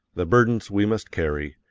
the burdens we must carry,